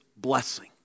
blessing